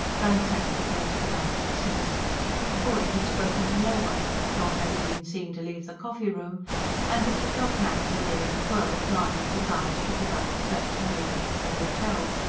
ransacked the place without success the boy had spoken to no one, nor had he been seen to leave the coffee-room and as the clock-hands were nearing twelve, mahony was obliged to give up the search and go back to the hotel.